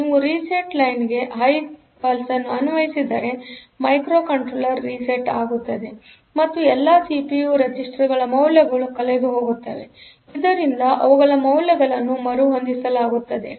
ನೀವು reset line ಗೆ high pulse ಅನ್ನು ಅನ್ವಯಿಸಿದರೆ ಮೈಕ್ರೊಕಂಟ್ರೋಲರ್ ರಿಸೆಟ್ ಆಗುತ್ತದೆಮತ್ತು ಎಲ್ಲಾ ಸಿಪಿಯು ರೆಜಿಸ್ಟರ್ಗಳ ಮೌಲ್ಯಗಳು ಕಳೆದುಹೋಗುತ್ತವೆ ಇದರಿಂದ ಅವುಗಳಮೌಲ್ಯಗಳನ್ನು ಮರುಹೊಂದಿಸಲಾಗುತ್ತದೆ